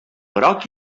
groc